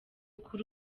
kuri